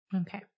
Okay